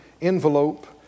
envelope